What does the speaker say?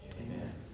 Amen